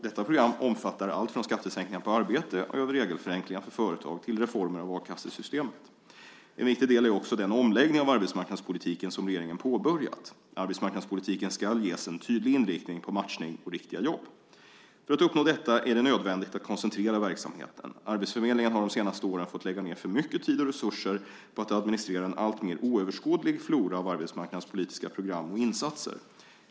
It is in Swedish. Detta program omfattar allt från skattesänkningar på arbete över regelförenklingar för företag till reformer av a-kassesystemet. En viktig del är också den omläggning av arbetsmarknadspolitiken som regeringen påbörjat. Arbetsmarknadspolitiken ska ges en tydlig inriktning på matchning och riktiga jobb. För att uppnå detta är det nödvändigt att koncentrera verksamheten. Arbetsförmedlingen har de senaste åren fått lägga ned för mycket tid och resurser på att administrera en alltmer oöverskådlig flora av arbetsmarknadspolitiska program och insatser.